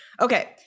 okay